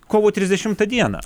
kovo trisdešimą dieną